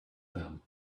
them